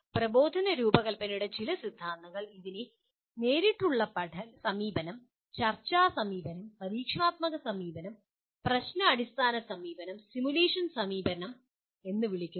പ്രബോധന രൂപകൽപ്പനയുടെ ചില സിദ്ധാന്തങ്ങൾ ഇതിനെ നേരിട്ടുള്ള സമീപനം ചർച്ചാ സമീപനം പരീക്ഷണാത്മക സമീപനം പ്രശ്ന അടിസ്ഥാന സമീപനം സിമുലേഷൻ സമീപനം എന്ന് വിളിക്കുന്നു